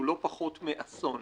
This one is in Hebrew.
הוא לא פחות מאסון.